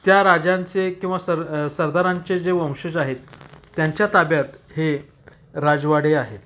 त्या राजांचे किंवा सर सरदारांचे जे वंशज आहेत त्यांच्या ताब्यात हे राजवाडे आहेत